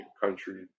country